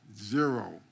zero